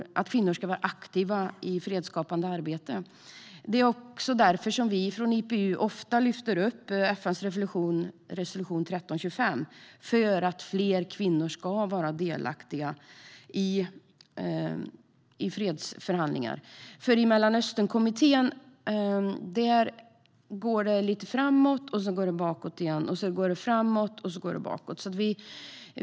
Kvinnor ska vara aktiva i fredsskapande arbete. Det är också därför vi från IPU ofta lyfter fram FN:s resolution 1325; fler kvinnor måste vara delaktiga i fredsförhandlingar. I Mellanösternkommittén går det lite framåt, sedan bakåt, och så går det framåt igen, men så går det åter bakåt.